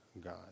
God